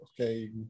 okay